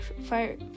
fire